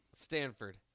Stanford